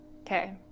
Okay